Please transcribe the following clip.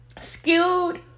skewed